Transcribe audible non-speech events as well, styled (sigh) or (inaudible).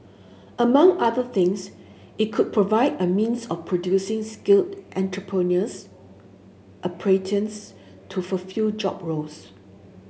among other things it could provide a means of producing skilled (unintelligible) to fulfil job roles